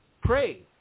Pray